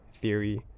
theory